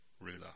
ruler